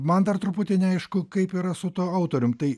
man dar truputį neaišku kaip yra su tuo autoriumi tai